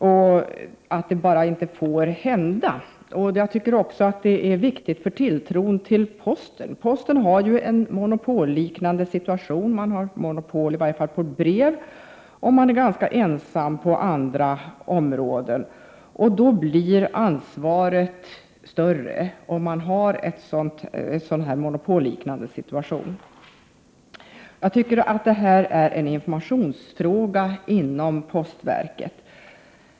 Misstag av den här typen får bara inte hända, vilket även är viktigt för tilltron till postverket. Posten befinner sig i en monopolliknande situation — man har i vart fall monopol på brev. Man är ganska ensam på andra områden. Om man har en sådan monopolliknande situation blir ansvaret större. Jag tycker att detta är en fråga om informationen inom postverket.